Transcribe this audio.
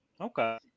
okay